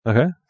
Okay